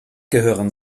gehören